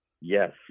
Yes